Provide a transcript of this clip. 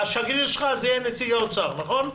השגריר שלך יהיה נציג האוצר, נכון?